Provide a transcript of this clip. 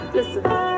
Listen